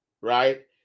right